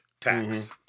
tax